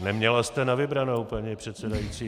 Neměla jste na vybranou, paní předsedající.